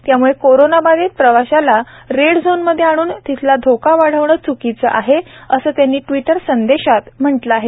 त्यामुळे कोरोनाबाधित प्रवाशाला रेड झोनमध्ये आणून तिथला धोका वाढवणं च्कीचं आहे असं त्यांनी ट्विटर संदेशादवारे म्हटलं आहे